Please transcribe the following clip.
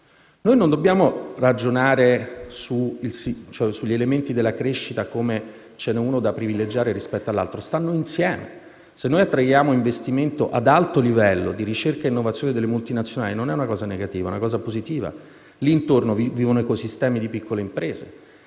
Non dobbiamo ragionare sugli elementi della crescita nel senso che uno sia da privilegiare rispetto a un altro; stanno insieme. Se noi attraiamo investimento ad alto livello di ricerca e innovazione delle multinazionali, non è un fatto negativo, ma positivo, visto che intorno vivono ecosistemi di piccole imprese.